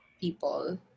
people